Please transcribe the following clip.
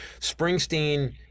Springsteen